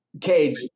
cage